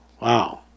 wow